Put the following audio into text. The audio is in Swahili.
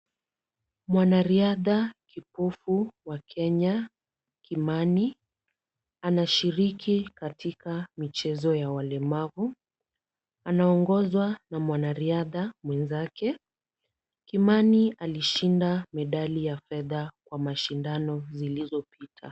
Mwanariadha kipofu wa Kenya Kimani anashiriki katika michezo ya walemavu. Anaongozwa na mwanariadha mwenzake. Kimani alishinda medali ya fedha kwa mashindano zilizopita.